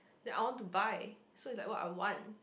then I want to buy so it's like what I want